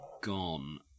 gone